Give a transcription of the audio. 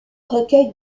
recueil